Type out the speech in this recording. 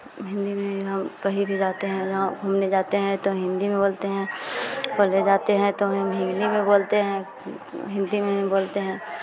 हिन्दी में ही हम कहीं भी जाते हैं गाँव घूमने जाते हैं तो हिन्दी में बोलते हैं कॉलेज जाते हैं तो हम हिन्दी में बोलते हैं हिन्दी में ही बोलते हैं